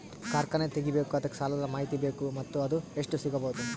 ಕಾರ್ಖಾನೆ ತಗಿಬೇಕು ಅದಕ್ಕ ಸಾಲಾದ ಮಾಹಿತಿ ಬೇಕು ಮತ್ತ ಅದು ಎಷ್ಟು ಸಿಗಬಹುದು?